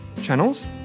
channels